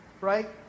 Right